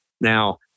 Now